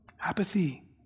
Apathy